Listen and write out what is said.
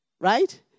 Right